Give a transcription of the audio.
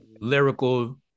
lyrical